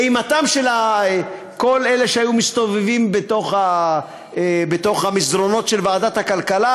אימתם של כל אלה שהיו מסתובבים בתוך המסדרונות של ועדת הכלכלה,